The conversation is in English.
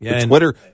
Twitter